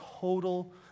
total